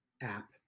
app